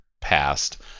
past